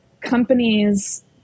companies